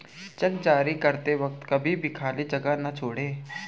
check जारी करते वक्त कभी भी खाली जगह न छोड़ें